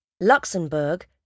Luxembourg